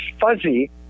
fuzzy